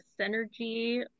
Synergy